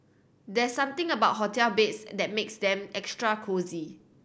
there's something about hotel beds that makes them extra cosy